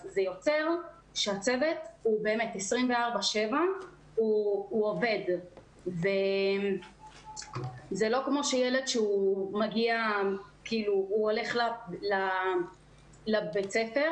אז זה יוצר שהצוות עובד 24/7. זה לא כמו שילד הולך לבית ספר